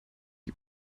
die